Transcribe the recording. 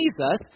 Jesus